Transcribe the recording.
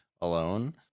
alone